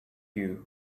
you